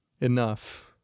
enough